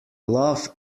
love